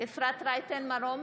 אפרת רייטן מרום,